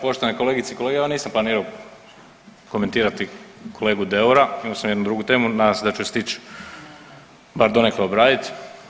Poštovane kolegice i kolege evo nisam planirao komentirati kolegu Deura imao sam jednu drugu temu, nadam se da ću je stići bar donekle obraditi.